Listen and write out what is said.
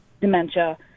dementia